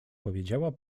powiedziała